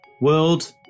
world